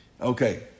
Okay